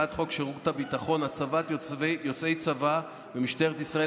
הצעת חוק שירות ביטחון (הצבת יוצאי צבא במשטרת ישראל